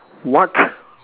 what